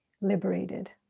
liberated